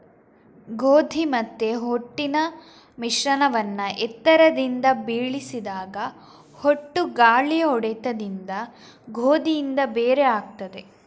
ಗೋಧಿ ಮತ್ತೆ ಹೊಟ್ಟಿನ ಮಿಶ್ರಣವನ್ನ ಎತ್ತರದಿಂದ ಬೀಳಿಸಿದಾಗ ಹೊಟ್ಟು ಗಾಳಿಯ ಹೊಡೆತದಿಂದ ಗೋಧಿಯಿಂದ ಬೇರೆ ಆಗ್ತದೆ